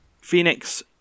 phoenix